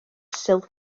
silff